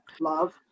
love